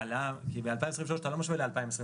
כי את 2023 אתה לא משווה ל-2022,